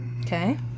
Okay